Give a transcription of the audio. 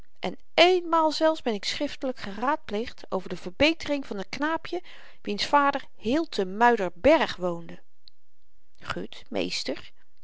blokkenmaker en eenmaal zelfs ben ik schriftelyk geraadpleegd over de verbetering van n knaapje wiens vader heel te muiderberg woonde gut meester